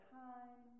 time